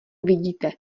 vidíte